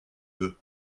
deux